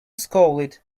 scowled